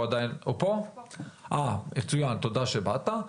תודה שבאת,